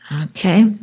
Okay